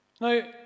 Now